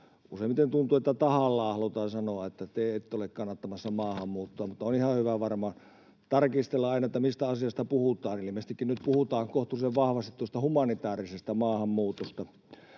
Useimmiten tuntuu, että tahallaan halutaan sanoa, että te ette ole kannattamassa maahanmuuttoa, mutta on ihan hyvä varmaan tarkistella aina, mistä asioista puhutaan. Ilmeisestikin nyt puhutaan kohtuullisen vahvasti tuosta humanitäärisestä maahanmuutosta.